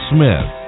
Smith